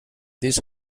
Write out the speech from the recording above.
this